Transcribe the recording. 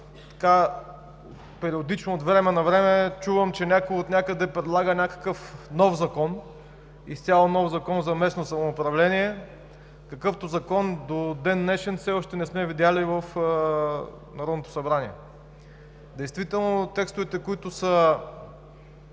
периодично от време на време чувам, че някой отнякъде предлага някакъв изцяло нов закон за местното самоуправление, какъвто закон до ден днешен все още не сме видели в Народното събрание. Действително част от текстовете, които са